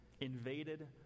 invaded